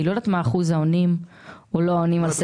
אני לא יודעת מה אחוז העונים או לא עונים בסקר.